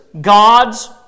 God's